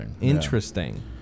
Interesting